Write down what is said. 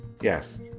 Yes